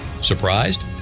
Surprised